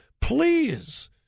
please